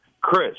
Chris